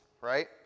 right